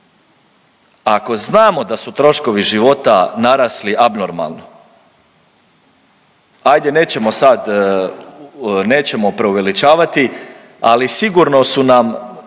ako znamo da su troškovi života narasli abnormalno, ajde nećemo sad, nećemo preuveličavati, ali sigurno su nam,